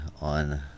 on